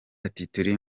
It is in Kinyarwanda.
ati“turi